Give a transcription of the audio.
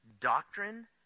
doctrine